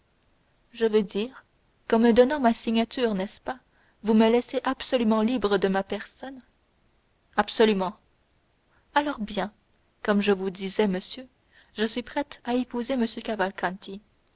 je veux dire qu'en me demandant ma signature n'est-ce pas vous me laissez absolument libre de ma personne absolument alors bien comme je vous disais monsieur je suis prête à épouser